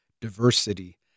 diversity